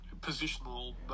positional